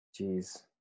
Jeez